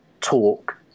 talk